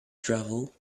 travel